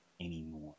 anymore